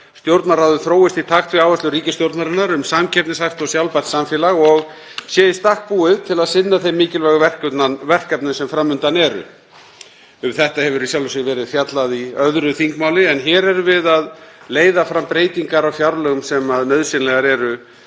Stjórnarráðið þróist í takt við áherslur ríkisstjórnarinnar um samkeppnishæft og sjálfbært samfélag og sé í stakk búið til að sinna þeim mikilvægu verkefnum sem fram undan eru. Um þetta hefur í sjálfu sér verið fjallað í öðru þingmáli en hér erum við að leiða fram breytingar á fjárlögum sem nauðsynlegar eru